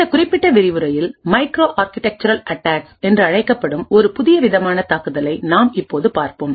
இந்த குறிப்பிட்ட விரிவுரையில் மைக்ரோ ஆர்க்கிடெக்சுரல் அட்டாக்ஸ் என்று அழைக்கப்படும் ஒரு புதிய விதமான தாக்குதலை நாம் இப்போது பார்ப்போம்